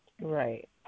Right